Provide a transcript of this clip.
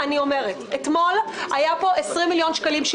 אתמול היו פה 20 מיליון שקלים,